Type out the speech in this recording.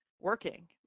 working